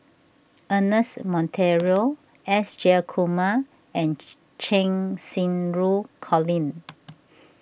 Ernest Monteiro S Jayakumar and Cheng Xinru Colin